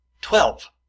Twelve